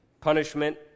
punishment